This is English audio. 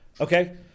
Okay